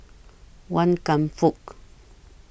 Wan Kam Fook